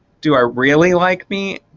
do i really like me?